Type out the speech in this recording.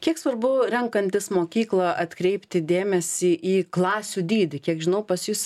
kiek svarbu renkantis mokyklą atkreipti dėmesį į klasių dydį kiek žinau pas jus